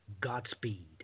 Godspeed